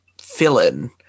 fill-in